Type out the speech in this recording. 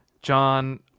John